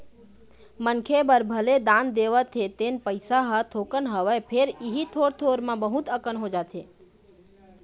मनखे बर भले दान देवत हे तेन पइसा ह थोकन हवय फेर इही थोर थोर म बहुत अकन हो जाथे